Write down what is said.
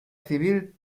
civil